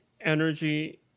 energy